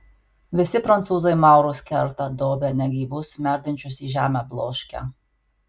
visi prancūzai maurus kerta dobia negyvus merdinčius į žemę bloškia